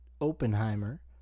Oppenheimer